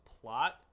plot